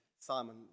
Simon